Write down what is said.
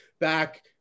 back